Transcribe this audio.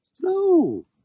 No